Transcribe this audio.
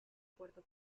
puerto